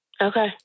Okay